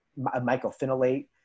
mycophenolate